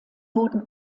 wurden